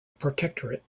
protectorate